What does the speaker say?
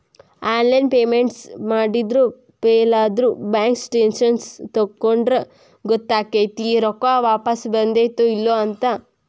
online payments ಮಾಡಿದ್ದು ಫೇಲಾದ್ರ bank statements ತಕ್ಕೊಂಡ್ರ ಗೊತ್ತಕೈತಿ ರೊಕ್ಕಾ ವಾಪಸ್ ಬಂದೈತ್ತೋ ಇಲ್ಲೋ ಅಂತ